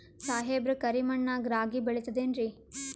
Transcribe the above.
ಸಾಹೇಬ್ರ, ಕರಿ ಮಣ್ ನಾಗ ರಾಗಿ ಬೆಳಿತದೇನ್ರಿ?